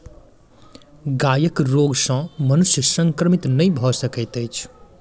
गायक रोग सॅ मनुष्य संक्रमित नै भ सकैत अछि